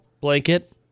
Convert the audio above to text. Blanket